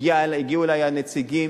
הגיעו אלי הנציגים,